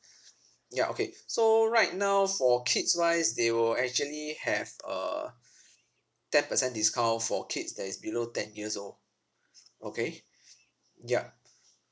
ya okay so right now for kids wise they will actually have a ten percent discount for kids that is below ten years old okay ya